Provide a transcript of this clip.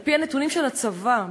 על-פי הנתונים של הצבא,